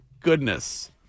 goodness